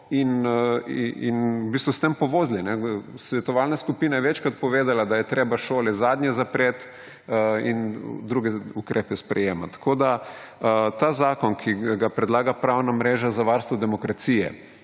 za okužbo. Svetovalna skupina je večkrat povedala, da je treba šole zadnje zapreti in druge ukrepe sprejemati. Tako da ta zakon, ki ga predlaga Pravna mreža za varstvo demokracije